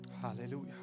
Hallelujah